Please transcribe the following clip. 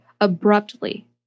abruptly